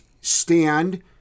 stand